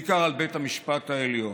בעיקר על בית המשפט העליון,